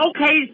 Okay